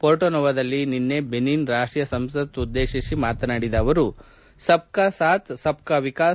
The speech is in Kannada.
ಪೊರ್ಟೊನೊವಾದಲ್ಲಿ ನಿನ್ನೆ ಬೆನಿನ್ ರಾಷ್ಟೀಯ ಸಂಸತ್ ಉದ್ದೇಶಿಸಿ ಮಾತನಾಡಿದ ಅವರು ಸಬ್ಕಾ ಸಾಥ್ ಸಬ್ಕಾ ವಿಕಾಸ್